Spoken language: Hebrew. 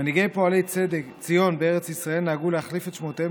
מנהיגי פועלי ציון בארץ ישראל נהגו להחליף את שמותיהם